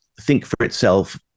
think-for-itself